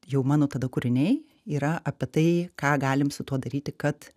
jau mano tada kūriniai yra apie tai ką galim su tuo daryti kad